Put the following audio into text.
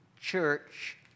church